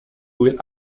will